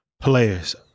players